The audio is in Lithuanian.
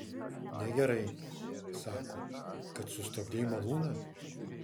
negerai sako kad sustabdei malūną